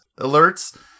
alerts